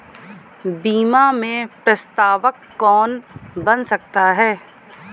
बीमा में प्रस्तावक कौन बन सकता है?